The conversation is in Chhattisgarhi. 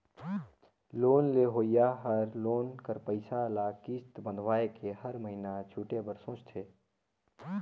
लोन लेहोइया हर लोन कर पइसा ल किस्त बंधवाए के हर महिना छुटे बर सोंचथे